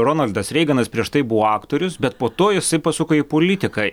ronaldas reiganas prieš tai buvo aktorius bet po to jisai pasuko į politiką